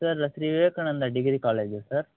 sir Sri Vivekananda degree కాలేజా sir